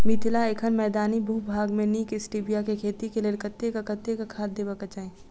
मिथिला एखन मैदानी भूभाग मे नीक स्टीबिया केँ खेती केँ लेल कतेक कतेक खाद देबाक चाहि?